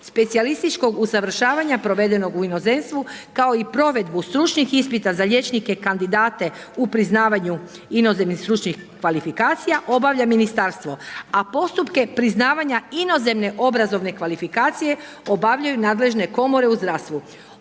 specijalističkog usavršavanja provedenog u inozemstvu kao i provedbu stručnih ispita za liječnike kandidate u priznavanju inozemnih stručnih kvalifikacija obavlja Ministarstvo, a postupke priznavanja inozemne obrazovne kvalifikacije obavljaju nadležne komore u zdravstvu.